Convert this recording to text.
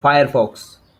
firefox